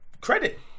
credit